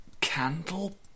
candle